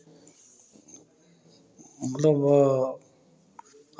मतलब